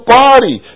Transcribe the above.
body